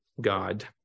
God